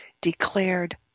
declared